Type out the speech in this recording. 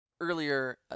earlier